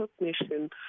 recognition